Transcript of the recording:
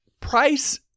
price